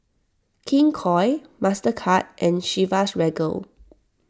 King Koil Mastercard and Chivas Regal